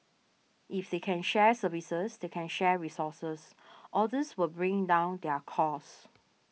if they can share services they can share resources all these will bring down their costs